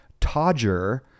todger